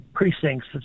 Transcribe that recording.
Precincts